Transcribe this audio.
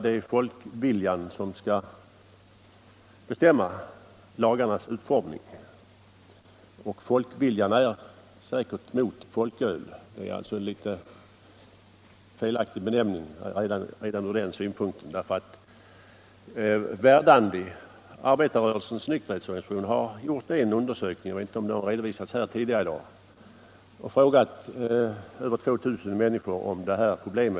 Det är folkviljan som skall bestämma lagarnas utformning, och folkviljan är säkerligen mot folköl. Detta är alltså en litet felaktig benämning redan ur den synpunkten. Verdandi, arbetarrörelsens nykterhetsorganisation, har gjort en undersökning — jag vet inte om den redovisats tidigare här i dag — och frågat över 2 000 människor om dessa problem.